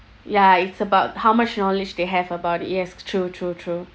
ya it's about how much knowledge they have about it yes true true true